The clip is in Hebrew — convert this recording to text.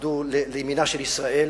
עמדו לימינה של ישראל,